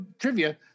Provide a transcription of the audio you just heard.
trivia